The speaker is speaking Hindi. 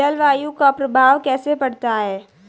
जलवायु का प्रभाव कैसे पड़ता है?